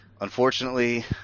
Unfortunately